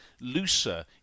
looser